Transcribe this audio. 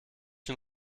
den